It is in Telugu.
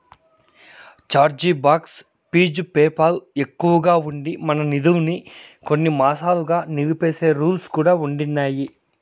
ఛార్జీ బాక్ ఫీజు పేపాల్ ఎక్కువగా ఉండి, మన నిదుల్మి కొన్ని మాసాలుగా నిలిపేసే రూల్స్ కూడా ఉండిన్నాయి